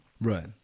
right